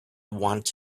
want